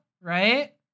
right